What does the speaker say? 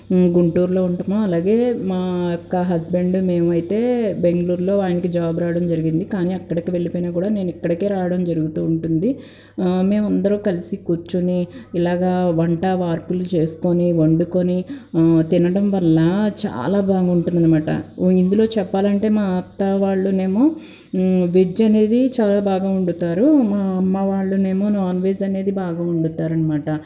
గుంటూరులో ఉంటుము అలాగే మా అక్క హస్బెండ్ మేమైతే బెంగళూరులో ఆయనకి జాబ్ రావడం జరిగింది కానీ అక్కడికి వెళ్లి పోయినా కూడా నేను ఇక్కడికే రావడం జరుగుతూ ఉంటుంది మేమందరు కలిసి కూర్చొని ఇలాగా వంటా వార్పులు చేసుకొని వండుకొని తినడం వల్ల చాలా బాగుంటుంది అనమాట ఇందులో చెప్పాలంటే మా అత్త వాళ్ళు ఏమో వెజ్ అనేది చాలా బాగా వండుతారు మా అమ్మ వాళ్ళు ఏమో నాన్వెజ్ అనేది బాగా వండుతారు అనమాట